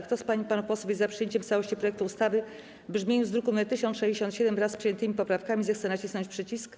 Kto z pań i panów posłów jest za przyjęciem w całości projektu ustawy w brzmieniu z druku nr 1067, wraz z przyjętymi poprawkami, zechce nacisnąć przycisk.